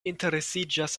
interesiĝas